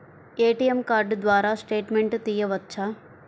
ATM card ద్వారా statement తీయవచ్చా?